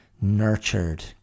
nurtured